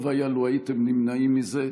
טוב היה לו הייתם נמנעים מזה.